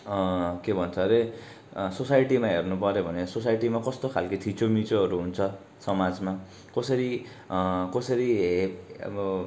के भन्छ अरे सोसाइटीमा हेर्नुपर्यो भने सोसाइटीमा कस्तो खालके थिचोमिचोहरू हुन्छ समाजमा कसरी कसरी अब